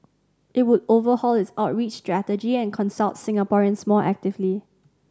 it would overhaul its outreach strategy and consult Singaporeans more actively